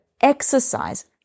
exercise